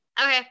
okay